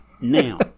Now